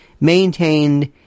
maintained